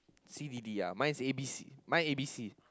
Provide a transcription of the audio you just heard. C D D mines mine A B C